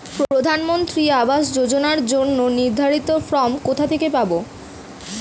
প্রধানমন্ত্রী আবাস যোজনার জন্য নির্ধারিত ফরম কোথা থেকে পাব?